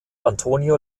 antonio